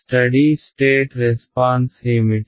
study state response ఏమిటి